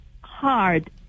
hard